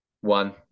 One